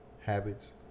Habits